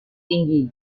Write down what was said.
tinggi